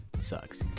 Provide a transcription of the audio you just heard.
sucks